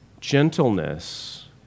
gentleness